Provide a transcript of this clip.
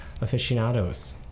aficionados